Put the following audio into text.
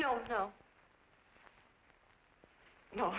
no no no